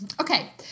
Okay